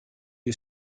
you